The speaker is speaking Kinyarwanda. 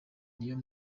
niyo